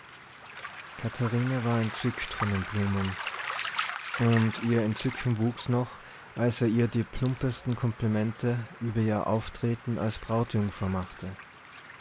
katharine war entzückt von den blumen und ihr entzücken wuchs noch als er ihr die plumpesten komplimente über ihr auftreten als brautjungfer machte